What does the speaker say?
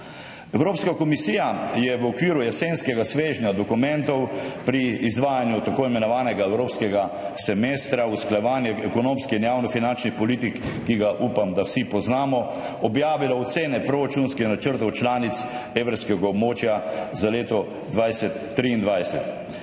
Evropska komisija je v okviru jesenskega svežnja dokumentov pri izvajanju tako imenovanega Evropskega semestra za usklajevanja ekonomskih in javnofinančnih politik, ki ga, upam, da vsi poznamo, objavila ocene proračunskih načrtov članic evrskega območja za leto 2023.